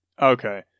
Okay